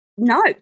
No